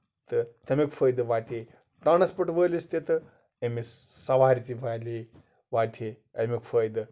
تہٕ تَمیُک فٲیدٕ واتہِ ہے ٹرانَسپورٹ وٲلِس تہِ تہٕ أمِس سَوارِ تہِ والہِ ہے واتہِ ہے اَمیُک فٲیدٕ